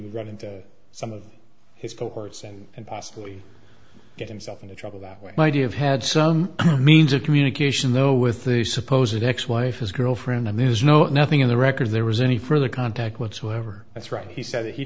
would get into some of his cohorts and and possibly get himself into trouble that way my idea of had some means of communication though with the supposed ex wife his girlfriend and there's no nothing in the records there was any further contact whatsoever that's right he said that he